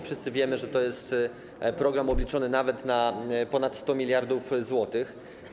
Wszyscy wiemy, że to jest program obliczony nawet na ponad 100 mld zł.